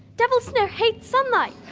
devil's snare hates sunlight.